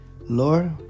Lord